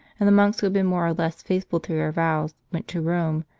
and the monks who had been more or less faithful to their vows, went to rome,